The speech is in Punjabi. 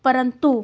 ਪਰੰਤੂ